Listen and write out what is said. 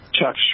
Chuck